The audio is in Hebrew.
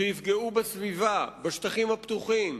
שיפגעו בסביבה, בשטחים הפתוחים,